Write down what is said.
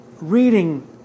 reading